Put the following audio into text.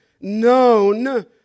known